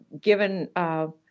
given